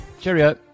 cheerio